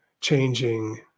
changing